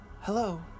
Hello